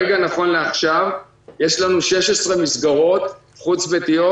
נכון לעכשיו יש לנו 16 מסגרות חוץ-ביתיות